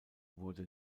wurde